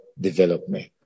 development